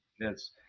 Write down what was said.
Yes